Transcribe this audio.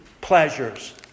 pleasures